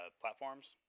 platforms